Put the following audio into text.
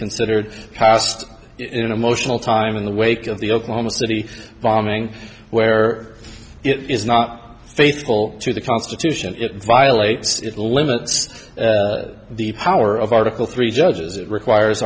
passed in an emotional time in the wake of the oklahoma city bombing where it is not faithful to the constitution it violates it limits the power of article three judges it requires